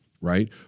right